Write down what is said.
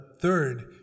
third